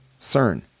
CERN